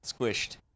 squished